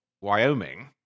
Wyoming